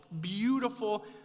beautiful